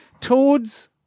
Toad's